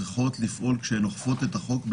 כשהן אוכפות את החוק,